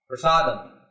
Prasadam